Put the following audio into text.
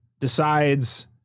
decides